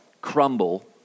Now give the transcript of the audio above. crumble